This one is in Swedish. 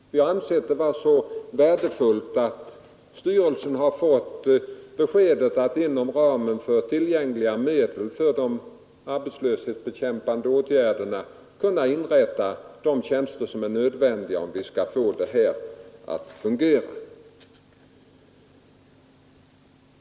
Vi har ansett det vara så värdefullt, att styrelsen har fått besked om att den inom ramen för tillgängliga medel för arbetslöshetsbekämpande åtgärder kan inrätta de tjänster som är nödvändiga för att vi skall få verksamheten att fungera.